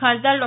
खासदार डॉ